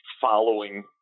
following